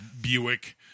buick